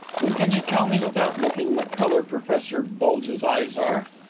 then can you tell me, without looking, what colour professor bulge's eyes are?